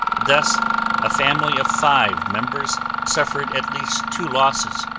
thus a family of five members suffered at least two losses,